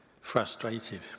frustrated